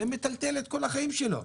זה מטלטל את כל החיים שלו.